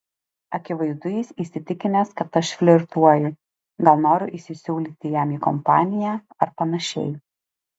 akivaizdu jis įsitikinęs kad aš flirtuoju gal noriu įsisiūlyti jam į kompaniją ar panašiai